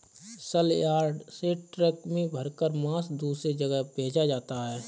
सलयार्ड से ट्रक में भरकर मांस दूसरे जगह भेजा जाता है